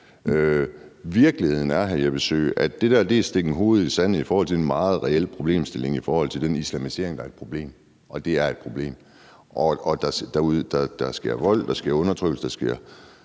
hr. Jeppe Søe, at det der er en stikken hovedet i sandet i forhold til en meget reel problemstilling i forhold til den islamisering, der er et problem. Det er et problem, og der sker vold, der sker undertrykkelse, der sker